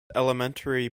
elementary